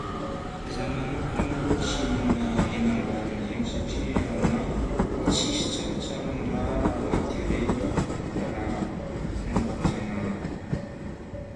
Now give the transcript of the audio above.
Za manokagna malôha tsy hihinagna hena amboarigna zegny satria aminahy tsisy tsaratsara amin'ny naturely, raha namboarin-janahary.